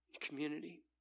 community